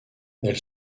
elle